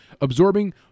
absorbing